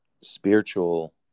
spiritual